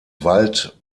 wald